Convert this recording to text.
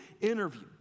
interview